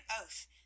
oath